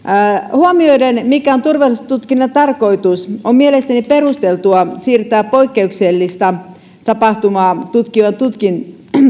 huomioiden mikä on turvallisuustutkinnan tarkoitus on mielestäni perusteltua siirtää poikkeuksellista tapahtumaa tutkivan tutkivan